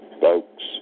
folks